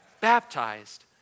Baptized